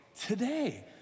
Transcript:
Today